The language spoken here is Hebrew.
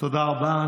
תודה רבה.